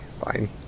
fine